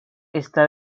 está